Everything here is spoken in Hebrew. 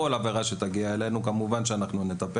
כמובן שנעשה זאת.